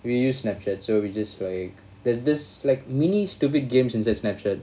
we use Snapchat so we just like there's this like mini stupid game inside Snapchat